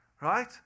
right